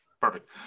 Perfect